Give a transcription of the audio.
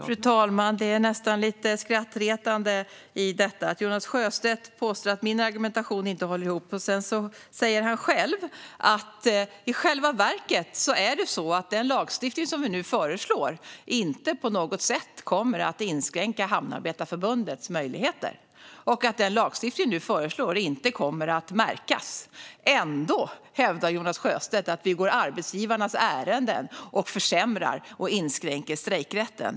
Fru talman! Detta är nästan lite skrattretande. Jonas Sjöstedt påstår att min argumentation inte håller ihop. Sedan säger han själv att det i själva verket är så att den lagstiftning som vi nu föreslår inte på något sätt kommer att inskränka Hamnarbetarförbundets möjligheter och att den inte kommer att märkas. Ändå hävdar Jonas Sjöstedt att vi går arbetsgivarnas ärenden och försämrar och inskränker strejkrätten.